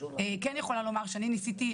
אני כן יכולה לומר שניסיתי,